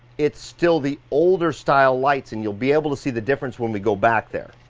it's still the older style lights, and you'll be able to see the difference, when we go back there.